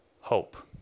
hope